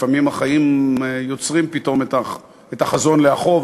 לפעמים החיים יוצרים פתאום את החזון לאחור,